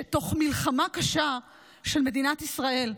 שתוך מלחמה קשה של מדינת ישראל,